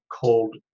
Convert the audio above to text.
called